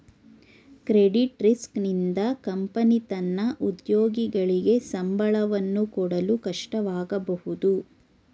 credit risk ನಿಂದ company ತನ್ನ ಉದ್ಯೋಗಿಗಳಿಗೆ ಸಂಬಳವನ್ನು ಕೊಡಲು ಕಷ್ಟವಾಗಬಹುದು